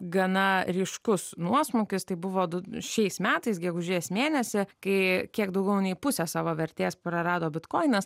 gana ryškus nuosmukis tai buvo du šiais metais gegužės mėnesį kai kiek daugiau nei pusę savo vertės prarado bitkoinas